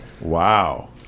Wow